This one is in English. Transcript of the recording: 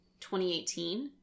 2018